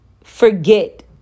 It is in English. forget